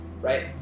right